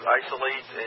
isolate